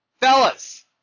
Fellas